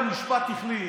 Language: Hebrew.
אתה הפעלת את יצחקי.